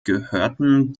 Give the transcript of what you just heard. gehörten